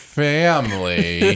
family